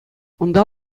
унта